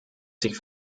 sich